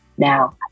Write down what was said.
Now